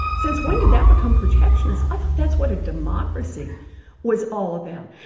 since when did that become protectionist? i thought that's what a democracy was all about.